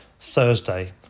Thursday